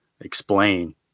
explain